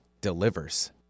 delivers